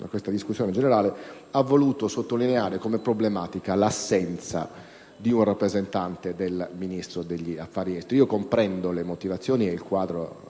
questa discussione generale, egli ha voluto sottolineare come problematica l'assenza di un rappresentante del Ministero degli affari esteri. Comprendo le motivazioni e il quadro